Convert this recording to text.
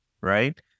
right